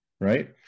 right